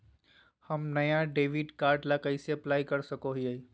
हम नया debit card ला कइसे अप्लाई कर सको हियै?